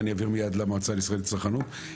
ואני אעביר מיד למועצה הישראלית לצרכנות.